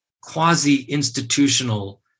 quasi-institutional